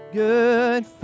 good